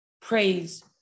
praise